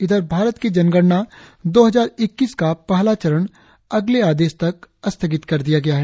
इधर भारत की जनगणना दो हजार इक्कीस का पहला चरण अगले आदेश तक स्थगित कर दिया गया है